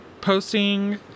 Posting